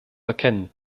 erkennen